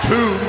Two